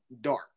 dark